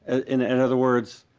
in and other words